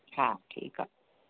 हा ठीकु आहे